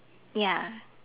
ya